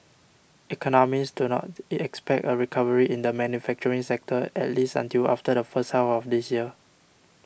economists do not it expect a recovery in the manufacturing sector at least until after the first half of this year